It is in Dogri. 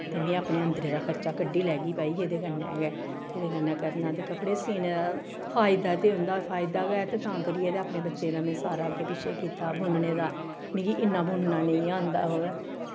ते में अपने अन्दरे दा खर्चा कड्ढी लैगी भाई एह्दे कन्नै गै एह्दे कन्नै करना ते कपड़े सीह्ने दा फायदा ते होंदा फायदा गै ते तां करियै ते अपने बच्चें दा में सारा अग्गें पिच्छें कीता बुनने दा मिगी इ'न्ना बुनना नेईं आंदा मगर